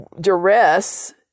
duress